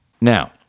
Now